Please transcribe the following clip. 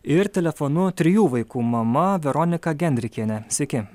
ir telefonu trijų vaikų mama veronika gendrikienė sveiki